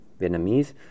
vietnamese